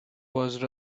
was